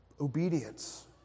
obedience